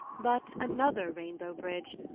but another rainbow bridge,